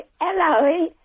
hello